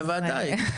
בוודאי.